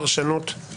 לא להפריע לו לדבר,